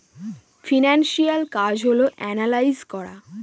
financial কাজ হল analyse করা